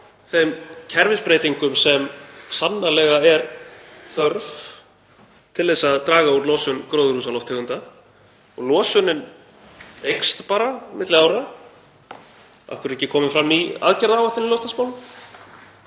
þeim kerfisbreytingum sem sannarlega er þörf til að draga úr losun gróðurhúsalofttegunda og losunin eykst bara milli ára. Af hverju er ekki komin fram ný aðgerðaáætlun í loftslagsmálum